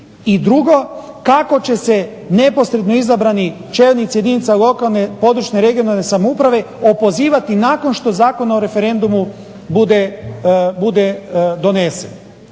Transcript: I drugo, kako će se neposredno izabrani čelnici jedinica lokalne i područne (regionalne) samouprave opozivati nakon što Zakon o referendumu bude donesen.